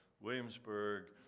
Williamsburg